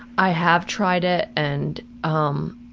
i have tried it, and um,